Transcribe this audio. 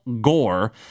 Gore